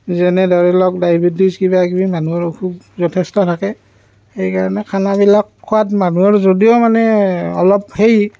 যেনে ধৰি লওক ডাইবেটিছ কিবাকিবি মানুহৰ অসুখ যথেষ্ট থাকে সেইকাৰণে খানাবিলাক খোৱাত মানুহৰ যদিও মানে অলপ হেৰি